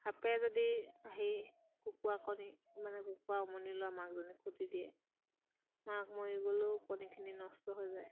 সাপে যদি আহি কুকুৰা কণী মানে কুকুৰা উমনি লোৱা মাকজনী খুটি দিয়ে মাক মৰি গ'লেও কণীখিনি নষ্ট হৈ যায়